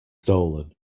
stolen